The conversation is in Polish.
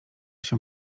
się